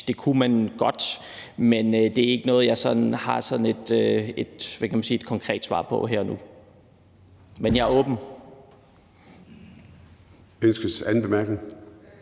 det kunne man godt, men det er ikke noget, jeg har sådan et, hvad kan man sige, konkret svar på her og nu. Men jeg er åben.